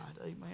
amen